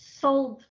sold